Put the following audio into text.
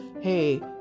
hey